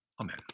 Amen